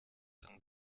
dann